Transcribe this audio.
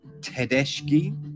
Tedeschi